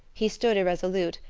he stood irresolute,